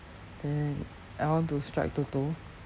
then I want to strike toto